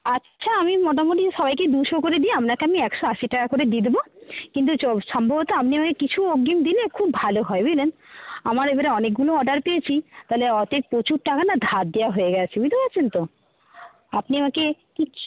আচ্ছা আমি মোটামুটি সবাইকে দুশো করে দিই আপনাকে আমি একশো আশি টাকা করে দিয়ে দেবো কিন্তু সম্ভবত আপনি আমায় কিছু অগ্রিম দিলে খুব ভালো হয় বুঝলেন আমার এবারে অনেকগুলো অর্ডার পেয়েছি তাহলে অতএব প্রচুর টাকা না ধার দেওয়া হয়ে গেছে বুঝতে পারছেন তো আপনি আমাকে কিছু